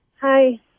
Hi